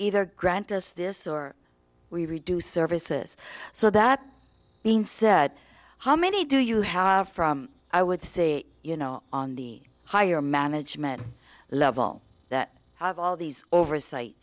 either grant us this or we reduce services so that being said how many do you have from i would say you know on the higher management level that have all these oversight